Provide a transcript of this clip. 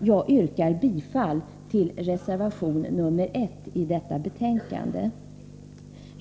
Jag yrkar bifall till reservation nr 1.